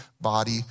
body